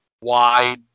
wide